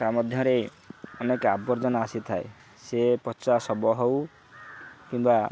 ତା'ମଧ୍ୟରେ ଅନେକ ଆବର୍ଜନା ଆସିଥାଏ ସେ ପଚା ଶବ ହଉ କିମ୍ବା